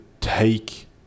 take